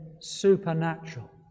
supernatural